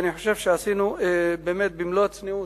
אני חושב שעשינו, באמת, במלוא הצניעות,